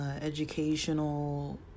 educational